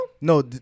No